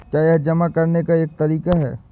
क्या यह जमा करने का एक तरीका है?